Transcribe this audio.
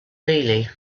really